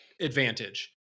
advantage